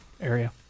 area